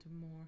more